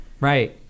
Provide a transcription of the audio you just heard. Right